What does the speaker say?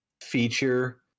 feature